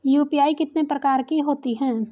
UPI कितने प्रकार की होती हैं?